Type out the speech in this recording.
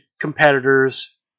competitors